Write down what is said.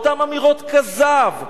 באותן אמירות כזב.